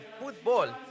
football